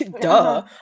Duh